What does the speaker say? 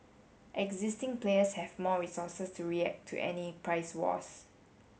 existing players have more resources to react to any price wars